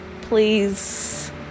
please